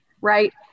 Right